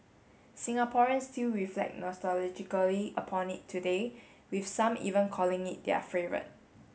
Singaporeans still reflect nostalgically upon it today with some even calling it their favourite